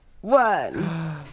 one